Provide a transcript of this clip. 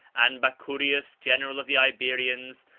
and bacurius, general of the iberians,